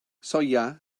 soia